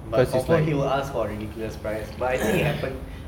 but confirm he will ask for a ridiculous price but I think it happened